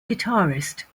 guitarist